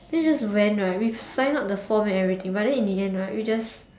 then we just went right we sign up the form and everything but then in the end right we just